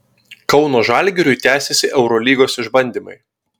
kauno žalgiriui tęsiasi eurolygos išbandymai